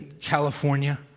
California